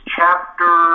chapter